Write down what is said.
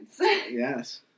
yes